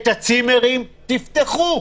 את הצימרים תפתחו.